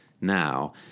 Now